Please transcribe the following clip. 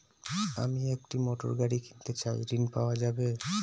আমি একটি মোটরগাড়ি কিনতে চাই ঝণ পাওয়া যাবে?